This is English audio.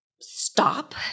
stop